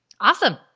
Awesome